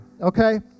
okay